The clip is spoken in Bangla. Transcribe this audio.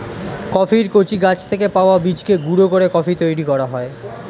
কফির কচি গাছ থেকে পাওয়া বীজকে গুঁড়ো করে কফি তৈরি করা হয়